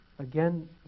again